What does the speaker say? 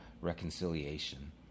reconciliation